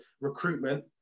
recruitment